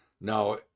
now